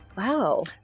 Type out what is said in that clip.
Wow